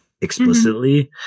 explicitly